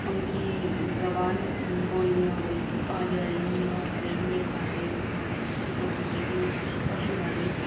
ان کی زبان بولنی آ گئی تھی کہاں جا رہی یہاں آ رہی یہ کھا لے وہ کھا لے ایسے کر کے وہ بولتی تھی وہ ابھی آ رہی